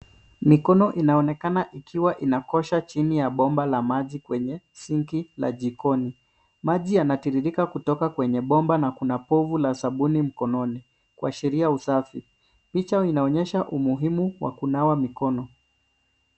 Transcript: Mikono inaonekana ikiwa inakosha chini ya bomba la maji kwenye sinki la jikoni. Maji yanatiririka kutoka kwenye bomba na kuna povu la sabuni mkononi kuashiria usafi. Picha hii inaonyesha umuhimu wa kunawa mikono.